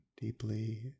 deeply